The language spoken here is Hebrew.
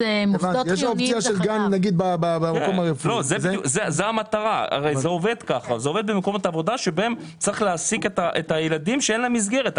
זה עובד במקומות עבודה שבהם צריך להעסיק את הילדים שאין להם מסגרת.